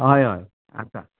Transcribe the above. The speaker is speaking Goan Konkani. हय आसा